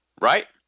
right